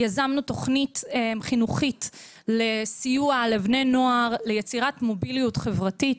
יזמנו תוכנית חינוכית לסיוע לבני נוער ליצירת מוביליות חברתית.